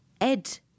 ed